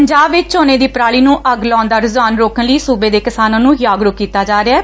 ਪੰਜਾਬ ਵਿਚ ਝੋਨੇ ਦੀ ਪਰਾਲੀ ਨੂੰ ਅੱਗ ਲਾਉਣ ਦਾ ਰੁਝਾਨ ਰੋਕਣ ਲਈ ਸੁਬੇ ਦੇ ਕਿਸਾਨਾਂ ਨੂੰ ਜਾਗਰੁਕ ਕੀਤਾ ਜਾ ਰਿਹੈ